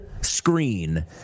screen